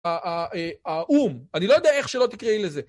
האו"ם, אני לא יודע איך שלא תקראי לזה.